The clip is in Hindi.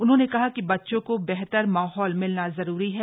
उन्होंने कहा कि बच्चों को बेहतर माहौल मिलना जरूरी है